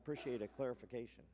appreciate a clarification